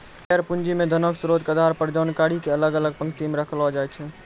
share पूंजी मे धनो के स्रोतो के आधार पर जानकारी के अलग अलग पंक्ति मे रखलो जाय छै